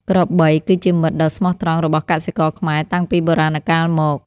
ក្របីគឺជាមិត្តដ៏ស្មោះត្រង់របស់កសិករខ្មែរតាំងពីបុរាណកាលមក។